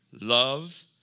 Love